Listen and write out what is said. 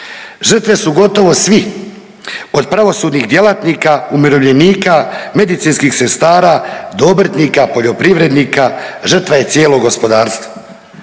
Žrtve su gotovo svi, od pravosudnih djelatnika, umirovljenika, medicinskih sestara do obrtnika, poljoprivrednika, žrtva je cijelo gospodarstvo.